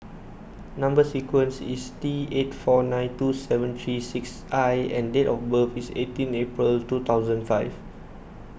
Number Sequence is T eight four nine two seven three six I and date of birth is eighteen April two thousand five